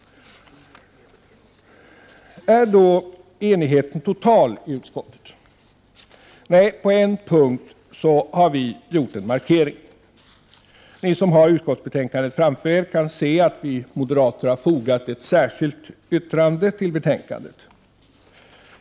Är då enigheten total i utskottet? Nej, på en punkt har vi gjort en markering. Vi moderater har fogat ett särskilt yttrande till betänkandet.